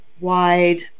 wide